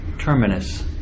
Terminus